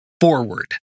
forward